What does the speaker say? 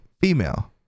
female